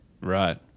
Right